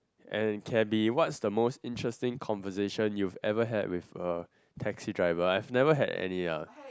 and can be what's the most interesting conversation you have ever had with a taxi driver I've never had any ah